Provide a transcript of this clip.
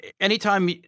anytime